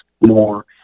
more